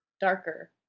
darker